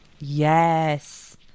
yes